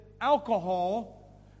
alcohol